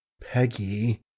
Peggy